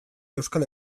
euskal